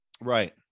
Right